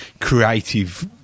creative